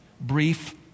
brief